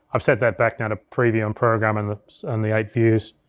i've set that back now to preview and program in and the eight views,